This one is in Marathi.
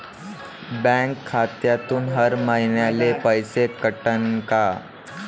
बँक खात्यातून हर महिन्याले पैसे कटन का?